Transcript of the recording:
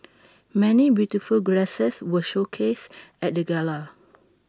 many beautiful greases were showcased at the gala